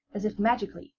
as if magically,